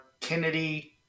Kennedy